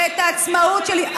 ואת העצמאות שלי,